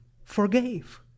forgave